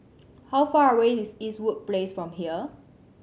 how far away is Eastwood Place from here